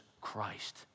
Christ